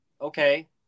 okay